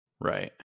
Right